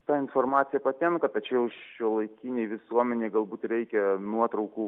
ta informacija patenka tačiau šiuolaikinei visuomenei galbūt reikia nuotraukų